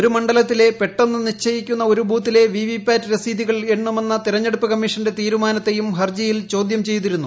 ഒരു മണ്ഡലത്തിലെ പെട്ടെന്ന് നിശ്ചയിക്കുന്ന ഒരു ബൂത്തിലെ വിവിപാറ്റ് രസീതികൾ എണ്ണുമെന്ന തെരഞ്ഞെടുപ്പ് കമ്മീഷന്റെ തീരുമാനത്തെയും ഹർജിയിൽ ചോദ്യം ചെയ്തിരുന്നു